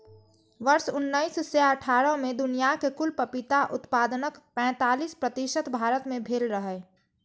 वर्ष उन्नैस सय अट्ठारह मे दुनियाक कुल पपीता उत्पादनक पैंतालीस प्रतिशत भारत मे भेल रहै